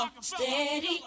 Steady